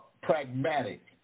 pragmatic